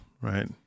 right